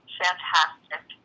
fantastic